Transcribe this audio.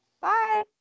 Bye